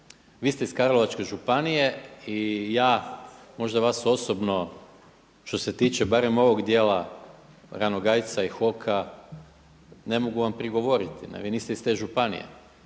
Vi ste iz Karlovačke županije i ja vas možda osobno što se tiče barem ovog dijela Ranogajca i HOK-a ne mogu vam prigovoriti. Ne? Vi niste iz te županije.